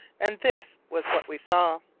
and this was what we saw.